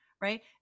Right